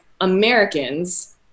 Americans